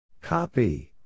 copy